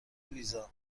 ویزا